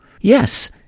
Yes